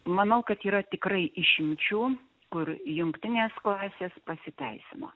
manau kad yra tikrai išimčių kur jungtinės klasės pasiteisino